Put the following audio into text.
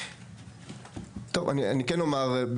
טוב, אני כן אומר.